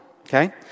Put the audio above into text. okay